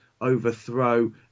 overthrow